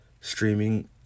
streaming